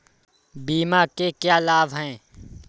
बीमा के क्या लाभ हैं?